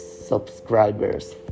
subscribers